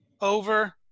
over –